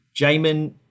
Jamin